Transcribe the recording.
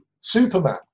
Superman